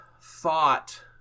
thought